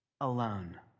alone